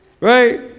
Right